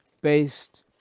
based